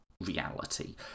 reality